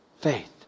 Faith